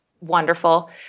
wonderful